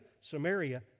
Samaria